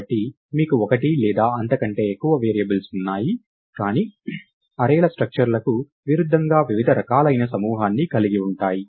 కాబట్టి మీకు ఒకటి లేదా అంతకంటే ఎక్కువ వేరియబుల్స్ ఉన్నాయి కానీ అర్రేల స్ట్రక్చర్లకు విరుద్ధంగా వివిధ రకాలైన సమూహాన్ని కలిగి ఉంటాయి